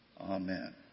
Amen